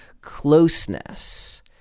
closeness